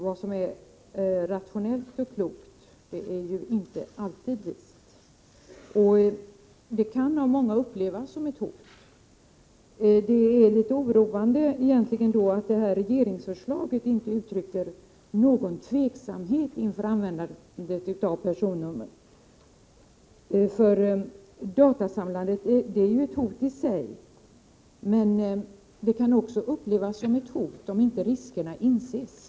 Vad som är rationellt och klokt är inte alltid vist. Detta kan av många upplevas som ett hot. Det är litet oroande att man i regeringsförslaget inte uttrycker någon tveksamhet inför användandet av personnummer. Datasamlandet är ju ett hot i sig, men det kan också upplevas som ett hot, om riskerna inte inses.